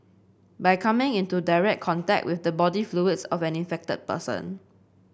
by coming into direct contact with the body fluids of an infected person